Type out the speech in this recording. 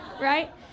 right